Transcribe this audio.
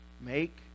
make